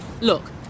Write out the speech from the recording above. look